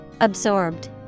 Absorbed